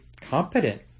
competent